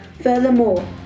Furthermore